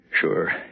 Sure